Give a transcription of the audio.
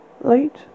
Late